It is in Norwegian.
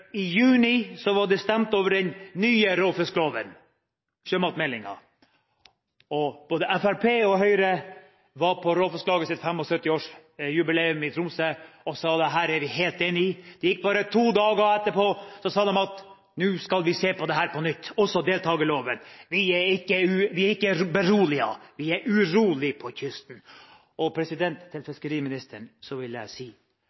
I juni ble det stemt over den nye råfiskloven og sjømatmeldingen. Både Fremskrittspartiet og Høyre var på Råfisklagets 75-årsjubileum i Tromsø og sa: Dette er vi helt enig i. Det gikk bare to dager etterpå før de sa at nå skal vi se på dette på nytt, også deltakerloven. Vi er ikke beroliget på kysten, vi er